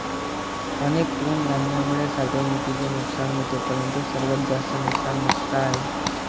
अनेक तृणधान्यांमुळे साठवणुकीचे नुकसान होते परंतु सर्वात जास्त नुकसान मका आहे